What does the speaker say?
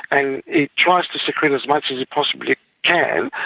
and it tries to secrete as much as it possibly can.